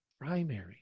primary